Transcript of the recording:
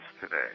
today